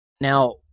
Now